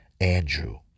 Andrew